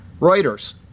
Reuters